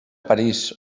parís